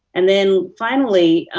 and then finally,